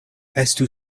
estu